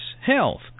health